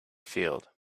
field